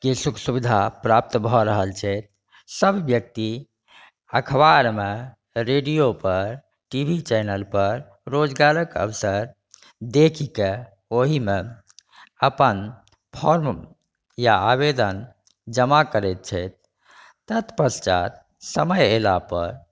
के सुख सुविधा प्राप्त भऽ रहल छै सभ व्यक्ति अखबारमे रेडियो पर टी वी चैनल पर रोजगारके अवसर देखिकऽ ओहिमे अपन फॉर्म या आवेदन जमा करैत छथि तत्पश्चात समय अयला पर